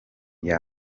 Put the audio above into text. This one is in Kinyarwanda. are